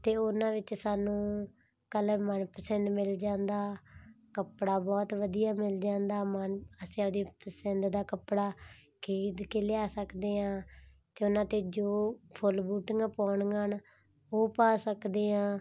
ਅਤੇ ਉਹਨਾਂ ਵਿੱਚ ਸਾਨੂੰ ਕਲਰ ਮਨਪਸੰਦ ਮਿਲ ਜਾਂਦਾ ਕੱਪੜਾ ਬਹੁਤ ਵਧੀਆ ਮਿਲ ਜਾਂਦਾ ਮਨ ਅਸੀਂ ਆਪਣੇ ਪਸੰਦ ਦਾ ਕੱਪੜਾ ਖਰੀਦ ਕੇ ਲਿਆ ਸਕਦੇ ਹਾਂ ਅਤੇ ਉਹਨਾਂ 'ਤੇ ਜੋ ਫੁੱਲ ਬੂਟੀਆਂ ਪਾਉਣੀਆਂ ਹਨ ਉਹ ਪਾ ਸਕਦੇ ਹਾਂ